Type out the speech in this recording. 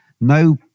no